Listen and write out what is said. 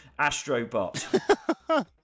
Astrobot